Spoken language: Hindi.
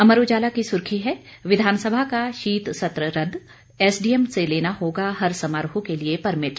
अमर उजाला की सुर्खी है विधानसभा का शीत सत्र रद्द एसडीएम से लेना होगा हर समारोह के लिए परमिट